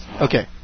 okay